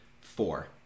four